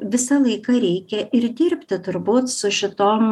visą laiką reikia ir dirbti turbūt su šitom